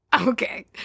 Okay